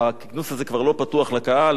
הכינוס הזה כבר לא פתוח לקהל,